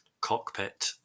cockpit